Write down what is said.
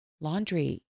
laundry